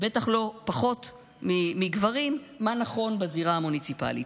בטח לא פחות מגברים, מה נכון בזירה המוניציפלית.